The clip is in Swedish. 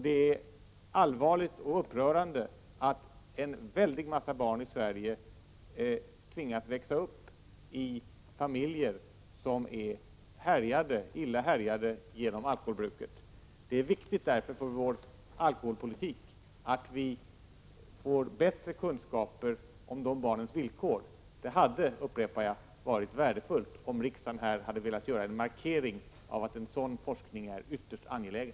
Det är allvarligt och upprörande att en stor mängd barn i Sverige tvingas växa upp i familjer som är illa härjade genom alkoholbruket. Därför är det viktigt för vår alkoholpolitik att vi får bättre kunskaper om dessa barns villkor. Det hade, upprepar jag, varit värdefullt om riksdagen hade velat göra en markering av att en sådan forskning är ytterst angelägen.